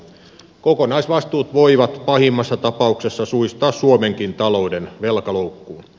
kokonaisvastuut voivat pahimmassa tapauksessa suistaa suomenkin talouden velkaloukkuun